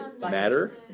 Matter